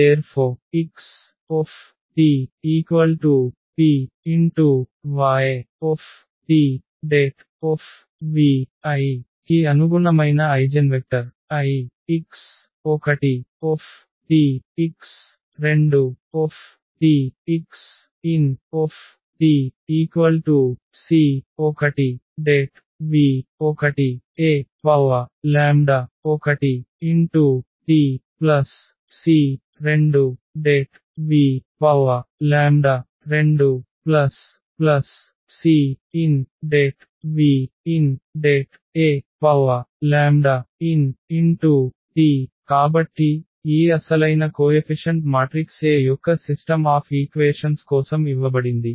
P 1XtY ⇒XtPY | vi | కి అనుగుణమైన eigenvector i x1t x2t xnt C1| v1 | e1tC2| v2 | Cn| vn | ent కాబట్టి ఈ అసలైన coefficient matrix A యొక్క system of equations కోసం ఇవ్వబడింది